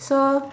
so